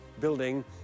building